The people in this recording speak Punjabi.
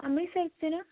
ਅੰਮ੍ਰਿਤਸਰ ਸੇ ਨਾ